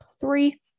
Three